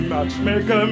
Matchmaker